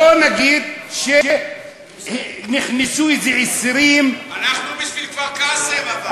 בוא נגיד שנכנסו איזה 20. אנחנו בשביל כפר-קאסם אבל.